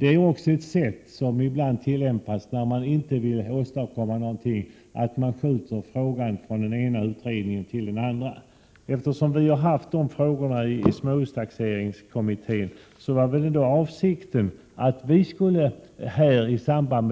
Det är en metod som ibland tillämpas när man inte vill åstadkomma någonting, dvs. att skjuta frågor från den ena utredningen till den andra. Frågan togs upp i småhustaxeringskommittén och avsikten var att riksdagen